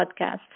podcast